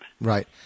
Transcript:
Right